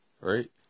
right